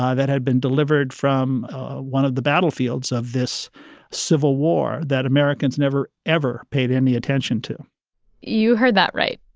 ah that had been delivered from one of the battlefields of this civil war that americans never ever paid any attention to you heard that right,